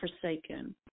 forsaken